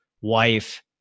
wife